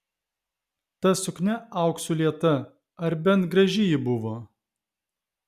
ta suknia auksu lieta ar bent graži ji buvo